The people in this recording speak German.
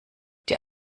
die